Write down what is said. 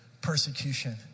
persecution